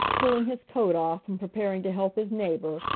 pulling his coat off and preparing to help his neighbor,